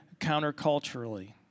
counterculturally